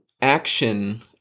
action